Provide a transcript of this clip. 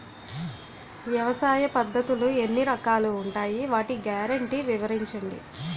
వ్యవసాయ పద్ధతులు ఎన్ని రకాలు ఉంటాయి? వాటి గ్యారంటీ వివరించండి?